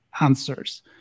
answers